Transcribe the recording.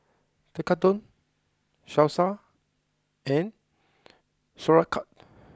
Tekkadon Salsa and Sauerkraut